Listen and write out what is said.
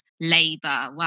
labor